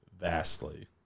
Vastly